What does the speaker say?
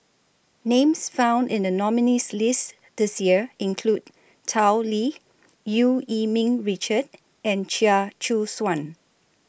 Names found in The nominees' list This Year include Tao Li EU Yee Ming Richard and Chia Choo Suan